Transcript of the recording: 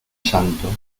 santo